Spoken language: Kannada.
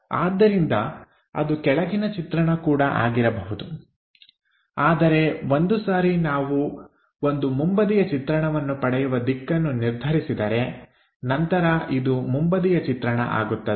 ಆದ್ದರಿಂದ ಅದು ಕೆಳಗಿನ ಚಿತ್ರಣ ಕೂಡ ಆಗಿರಬಹುದು ಆದರೆ ಒಂದು ಸಾರಿ ನಾವು ಒಂದು ಮುಂಬದಿಯ ಚಿತ್ರಣವನ್ನು ಪಡೆಯುವ ದಿಕ್ಕನ್ನು ನಿರ್ಧರಿಸಿದರೆ ನಂತರ ಇದು ಮುಂಬದಿಯ ಚಿತ್ರಣ ಆಗುತ್ತದೆ